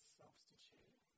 substitute